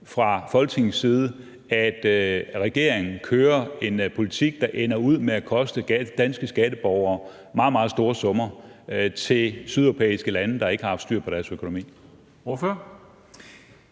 fra Folketingets side, at regeringen kører en politik, der ender med at koste danske skatteborgere meget, meget store summer til sydeuropæiske lande, der ikke har haft styr på deres økonomi.